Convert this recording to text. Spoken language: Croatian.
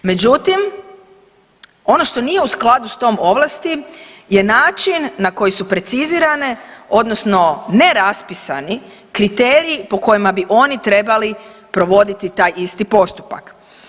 Međutim, ono što nije u skladu s tom ovlasti je način na koji su precizirane odnosno ne raspisani kriteriji po kojima bi oni trebali provoditi taj isti postupak.